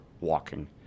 walking